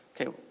Okay